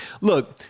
Look